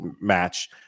match